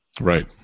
right